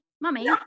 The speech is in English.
mummy